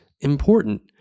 important